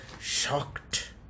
shocked